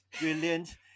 brilliant